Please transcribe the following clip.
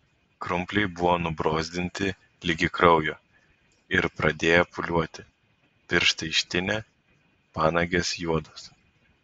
krumpliai buvo nubrozdinti ligi kraujo ir pradėję pūliuoti pirštai ištinę panagės juodos